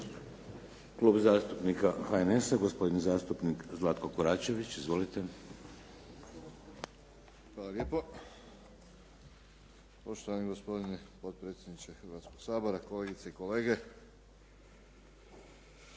Klub zastupnika HNS-a, gospodin zastupnik Zlatko Koračević. Izvolite. **Koračević, Zlatko (HNS)** Poštovani gospodine potpredsjedniče Hrvatskoga sabora, kolegice i kolege. Imamo